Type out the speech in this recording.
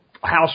house